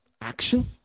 action